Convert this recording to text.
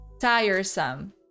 tiresome